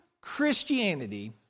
Christianity